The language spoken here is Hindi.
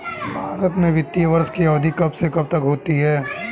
भारत में वित्तीय वर्ष की अवधि कब से कब तक होती है?